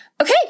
okay